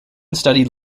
studied